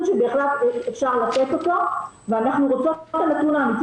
שבהחלט אפשר לתת אותו ואנחנו רוצות את הנתון האמיתי,